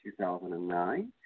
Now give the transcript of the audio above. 2009